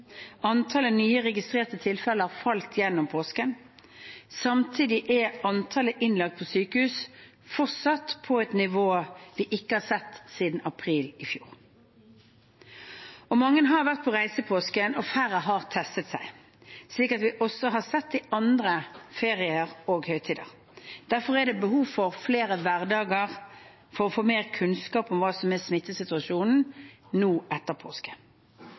Antallet nye registrerte tilfeller falt gjennom påsken. Samtidig er antallet innlagt på sykehus fortsatt på et nivå vi ikke har sett siden april i fjor. Mange har vært på reise i påsken, og færre har testet seg, slik vi også har sett i andre ferier og høytider. Derfor er det behov for flere hverdager for å få mer kunnskap om hva som er smittesituasjonen nå etter påske.